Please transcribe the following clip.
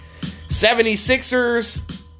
76ers